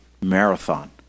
marathon